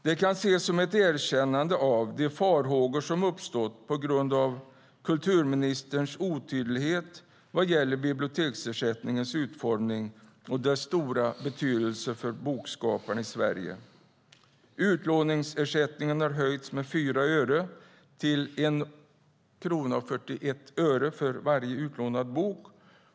Detta kan ses som ett erkännande av de farhågor som har uppstått på grund av kulturministerns otydlighet vad gäller biblioteksersättningens utformning och dess stora betydelse för bokskaparna i Sverige. Utlåningsersättningen har höjts med 4 öre till 1:41 kronor för varje utlånad bok.